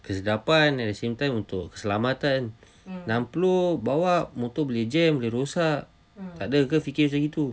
kesedapan at the same time untuk keselamatan enam puluh bawa motor boleh jam boleh rosak takde ke fikir macam gitu